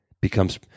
becomes